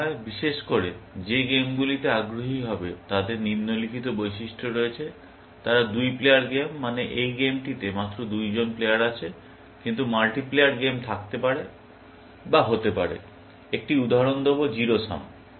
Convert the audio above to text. বিশেষ করে যে গেমগুলিতে আগ্রহী হবে তাদের নিম্নলিখিত বৈশিষ্ট্য রয়েছে তারা দুই প্লেয়ার গেম মানে এই গেমটিতে মাত্র দুইজন প্লেয়ার আছে কিন্তু মাল্টি প্লেয়ার গেম থাকতে পারে বা হতে পারে একটি উদাহরণ দেব জিরো সাম